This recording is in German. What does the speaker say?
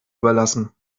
überlassen